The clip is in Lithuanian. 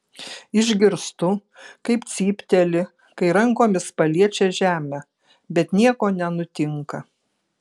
išgirstu kaip cypteli kai rankomis paliečia žemę bet nieko nenutinka